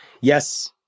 yes